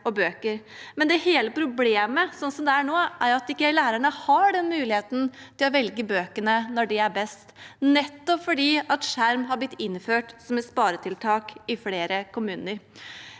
det er nå, er at lærerne ikke har den muligheten til å velge bøkene når de er best, nettopp fordi skjerm har blitt innført som et sparetiltak i flere kommuner.